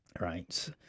Right